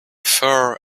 fur